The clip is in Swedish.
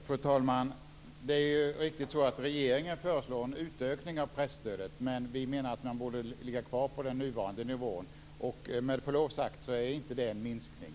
Fru talman! Det är riktigt att regeringen föreslår en utökning av presstödet. Vi menar att det borde ligga kvar på den nuvarande nivån. Det är, med förlov sagt, inte någon minskning.